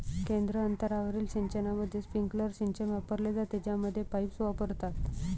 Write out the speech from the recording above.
केंद्र अंतरावरील सिंचनामध्ये, स्प्रिंकलर सिंचन वापरले जाते, ज्यामध्ये पाईप्स वापरतात